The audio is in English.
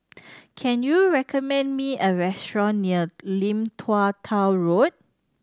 can you recommend me a restaurant near Lim Tua Tow Road